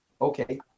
Okay